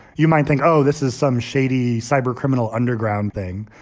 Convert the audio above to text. you might think, oh, this is some shady cybercriminal underground thing.